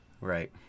Right